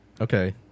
Okay